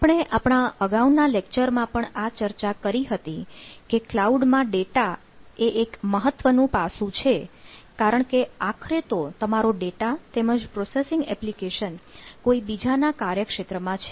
આપણે આપણા અગાઉના લેક્ચરમાં પણ આ ચર્ચા કરી હતી કે ક્લાઉડ માં ડેટા એ એક મહત્વનું પાસું છેકારણકે આખરે તો તમારો ડેટા તેમજ પ્રોસેસિંગ એપ્લિકેશન કોઈ બીજાના કાર્યક્ષેત્રમાં છે